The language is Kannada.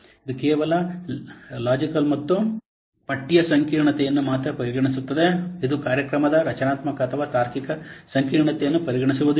ಇದು ಕೇವಲ ಲೆಕ್ಸಿಕಲ್ ಮತ್ತು ಪಠ್ಯ ಸಂಕೀರ್ಣತೆಯನ್ನು ಮಾತ್ರ ಪರಿಗಣಿಸುತ್ತದೆ ಇದು ಕಾರ್ಯಕ್ರಮದ ರಚನಾತ್ಮಕ ಅಥವಾ ತಾರ್ಕಿಕ ಸಂಕೀರ್ಣತೆಯನ್ನು ಪರಿಗಣಿಸುವುದಿಲ್ಲ